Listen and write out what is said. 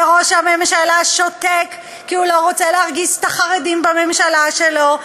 וראש הממשלה שותק כי הוא לא רוצה להרגיז את החרדים בממשלה שלו,